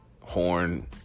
Horn